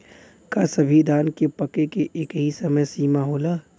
का सभी धान के पके के एकही समय सीमा होला?